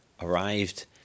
arrived